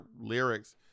lyrics